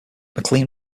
maclean